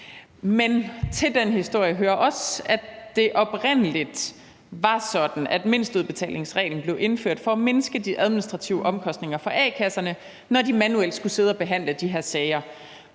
Men til den historie hører også, at det oprindelig var sådan, at mindsteudbetalingsreglen blev indført for at mindske de administrative omkostninger for a-kasserne, når de manuelt skulle sidde og behandle de her sager.